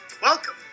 Welcome